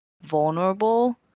vulnerable